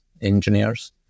engineers